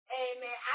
amen